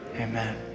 Amen